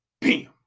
bam